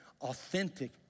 authentic